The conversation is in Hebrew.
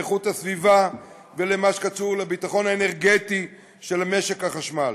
לאיכות הסביבה ולמה שקשור לביטחון האנרגטי של משק החשמל.